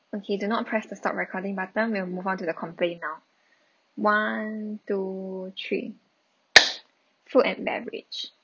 okay do not press the stop recording button we'll move on to the complaint now one two three food and beverage